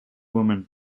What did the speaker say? woman